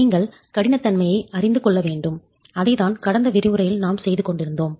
நீங்கள் கடினத்தன்மையை அறிந்து கொள்ள வேண்டும் அதைத்தான் கடந்த விரிவுரையில் நாம் செய்து கொண்டிருந்தோம்